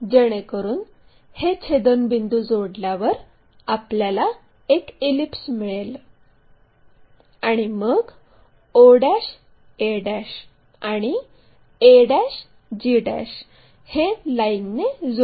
जेणेकरून हे छेदनबिंदू जोडल्यावर आपल्याला एक इलिप्स मिळेल आणि मग o a आणि a g हे लाईनने जोडू